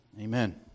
Amen